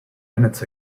minutes